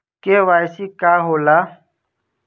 इ के.वाइ.सी का हो ला?